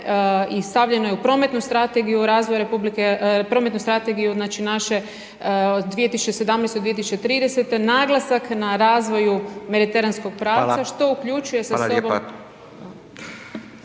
i stavljeno je u prometnu strategiju razvoja, prometne strategiju naše 2017. do 2030. naglasak na razvoju mediteranskog pravca, što uključuje sa sobom.